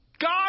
God